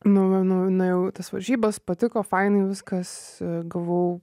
nu nu nuėjau į tas varžybas patiko fainai viskas gavau